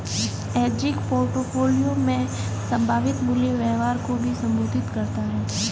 hedging portfolio में संभावित मूल्य व्यवहार को भी संबोधित करता हैं